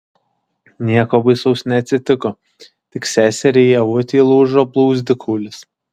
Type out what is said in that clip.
nieko baisaus neatsitiko tik seseriai ievutei lūžo blauzdikaulis